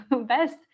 best